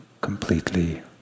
completely